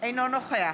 אינו נוכח